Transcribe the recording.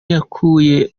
yakuye